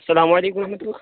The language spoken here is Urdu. السلام علیکم و رحمۃ اللہ